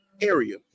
area